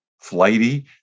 flighty